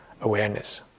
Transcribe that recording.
awareness